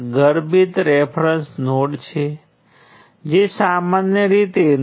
અને ચાલો કહીએ કે આ કરંટ સ્ત્રોત GMVx છે જ્યાં આ Vx છે તેથી Vx સામાન્ય રીતે V2 V3 છે